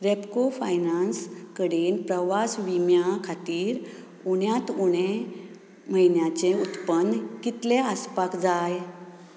Repco finance कडेन प्रवास विम्या खातीर उण्यात उणें म्हयन्याचें उत्पन्न कितलें आसपाक जाय